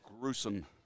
gruesome